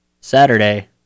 Saturday